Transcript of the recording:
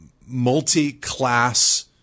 multi-class